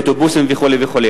אוטובוסים וכו' וכו'.